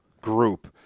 group